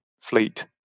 fleet